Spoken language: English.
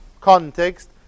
context